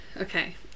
okay